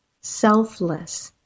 selfless